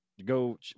go